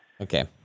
Okay